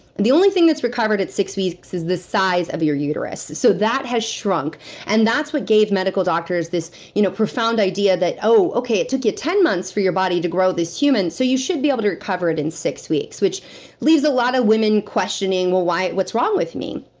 the only thing that's recovered at six weeks is the size of your uterus, so that has shrunk and that's what gave medical doctors this you know profound idea, that, oh, okay. it took you ten months for your body to grow this human, so you should be able to recover it in six weeks, which leaves a lot of women questioning, well, what's wrong with me?